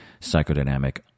psychodynamic